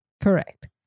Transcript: Correct